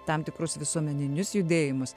tam tikrus visuomeninius judėjimus